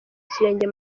ikirenge